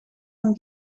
van